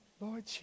Lord